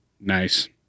Nice